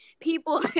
People